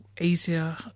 easier